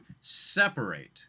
separate